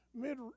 mid